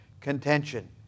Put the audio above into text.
contention